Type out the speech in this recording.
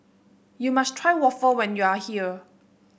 you must try waffle when you are here